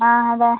yes അതെ